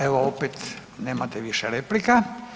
Evo opet, nemate više replika.